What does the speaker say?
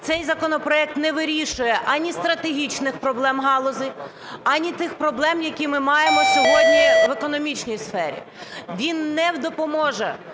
цей законопроект не вирішує ані стратегічних проблем галузі, ані тих проблем, які ми маємо сьогодні в економічній сфері. Він не допоможе